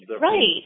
right